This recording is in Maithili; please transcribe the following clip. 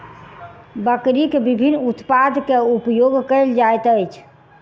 बकरीक विभिन्न उत्पाद के उपयोग कयल जाइत अछि